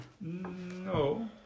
No